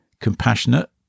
compassionate